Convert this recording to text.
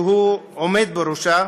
שהוא עומד בראשה.